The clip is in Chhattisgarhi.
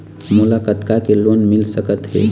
मोला कतका के लोन मिल सकत हे?